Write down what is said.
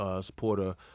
supporter